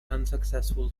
unsuccessful